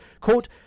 quote